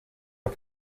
are